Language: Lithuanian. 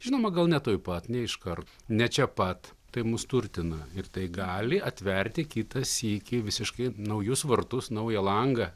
žinoma gal ne tuoj pat ne iškart ne čia pat tai mus turtina ir tai gali atverti kitą sykį visiškai naujus vartus naują langą